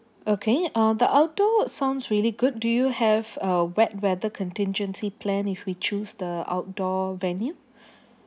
okay uh the outdoor sounds really good do you have a wet weather contingency plan if we choose the outdoor venue